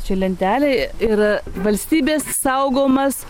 čia lentelė yra valstybės saugomas